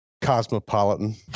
cosmopolitan